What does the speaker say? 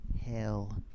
Hell